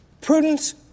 prudence